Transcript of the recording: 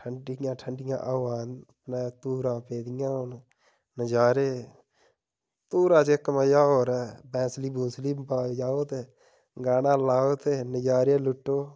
ठंडियां ठंडियां हवा न धूड़ां पेदियां होन नज़ारे धूड़ा च इक मज़ा होर ऐ बांसुरी बुसुरी बजाओ ते गाना लाओ ते नज़ारे लुट्टो